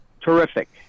terrific